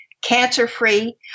cancer-free